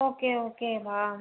okay okay வா